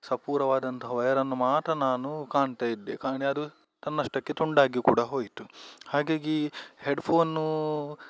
ಸಪೂರವಾದಂತಹ ವಯರನ್ನು ಮಾತ್ರ ನಾನು ಕಾಣ್ತಾಯಿದ್ದೆ ಕಾಣಿ ಅದು ತನ್ನಷ್ಟಕ್ಕೆ ತುಂಡಾಗಿ ಕೂಡ ಹೋಯಿತು ಹಾಗಾಗಿ ಹೆಡ್ಫೋನೂ